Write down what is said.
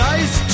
Nice